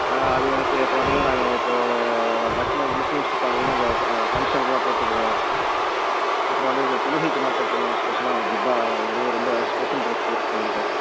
ஆ அது எனக்கு இப்போது பார்த்தீங்கன்னா நாங்கள் இப்போது மேக்சிமம் அது முஸ்லீம்ஸ்க்கு பார்த்தீங்கன்னா இந்த ஃபங்ஷனுக்குலாம் போட்டுப் போவோம் அப்புறம் வந்து இந்த தொழுகைக்குலாம் போட்டுப் போவோம் ஸ்பெஷலாக அந்த ஜிப்பாங்கிறது ரொம்ப ஸ்பெஷல் ட்ரெஸ்ஸு எங்களுக்கு